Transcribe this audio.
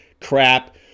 crap